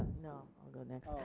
no i will go next.